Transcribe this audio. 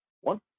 One